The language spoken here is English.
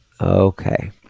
Okay